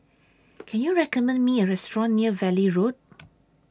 Can YOU recommend Me A Restaurant near Valley Road